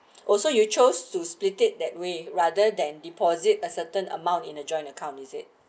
also you chose to split it that way rather than deposit a certain amount in a joint account is it